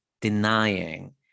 denying